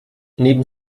neben